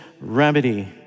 remedy